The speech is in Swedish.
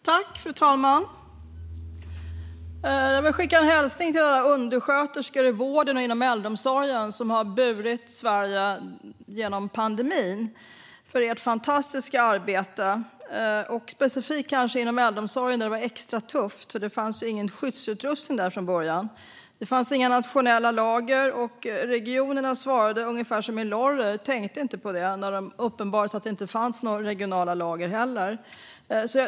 Fru talman! Jag vill skicka en hälsning till alla undersköterskor inom vården och äldreomsorgen som har burit Sverige genom pandemin och för ert fantastiska arbete. Det gäller specifikt inom äldreomsorgen, där det har varit extra tufft. Det fanns ju ingen skyddsutrustning från början. Det fanns inga nationella lager, och regionerna svarade ungefär som i Lorry - "jag tänkte inte på det" - när det uppenbarade sig att det inte heller fanns några regionala lager.